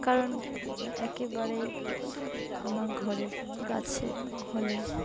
কারণ একেবারেই আমার ঘরের কাছে হলে